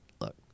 look